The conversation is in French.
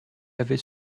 avait